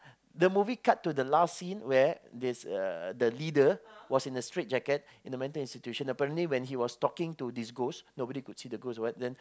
the movie cut to the last scene where this uh the leader was in the straight jacket in the mental institution apparently when he was talking to this ghost nobody could see the ghost what then